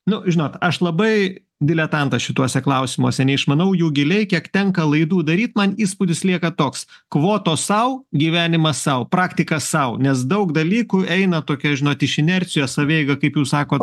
nu žinot aš labai diletantas šituose klausimuose neišmanau jų giliai kiek tenka laidų daryt man įspūdis lieka toks kvotos sau gyvenimas sau praktika sau nes daug dalykų eina tokie žinot iš inercijos savieiga kaip jūs sakot